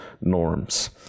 norms